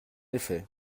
effet